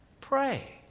Pray